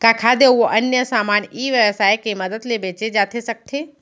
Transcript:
का खाद्य अऊ अन्य समान ई व्यवसाय के मदद ले बेचे जाथे सकथे?